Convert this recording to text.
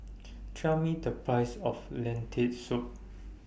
Tell Me The Price of Lentil Soup